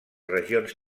regions